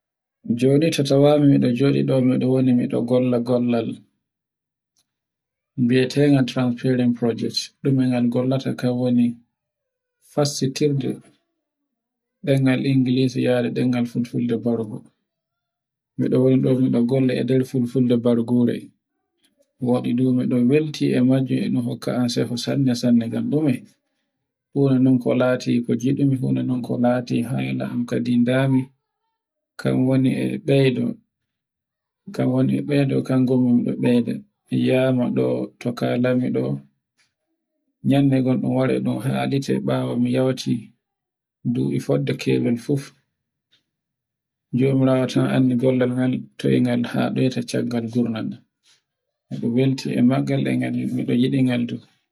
Joni to tawan mi mi joɗi ɗo miɗon woni to golle gollal mbietingal Transferrnt project, ɗumi gollata ngal woni, fassitirde ɗengal Ingilis yari ɗengal fulfulde bargu. Miɗo ɗowin ɗo mi waɗa golle e nder ɗangal fulfulde bargure, mi waɗi dumi ɗo mi welti e majjum e mi hokka e sehu senne senne ngal ɗume. huwal non ko lati kol ngiɗumi fu ko lati hala am kadin dama kan woni e beydo, kan woni e beydo kan e yia ma ɗo ko kalami ɗo. yande go ɗun warai ɗun halite bawo mi yawti. dubi fadde kewal fuf. Jomiraawo tan anndi toy gollal ngal haɗoyta caggal gurna. To welti e maggal to ngal mi yiɗin gal